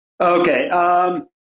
Okay